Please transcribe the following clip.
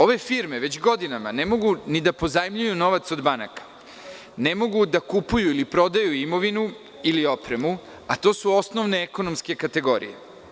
Ove firme već godinama ne mogu ni da pozajmljuju novac od banaka, ne mogu da kupuju ili prodaju imovinu ili opremu, a to su osnovne ekonomske kategorije.